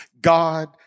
God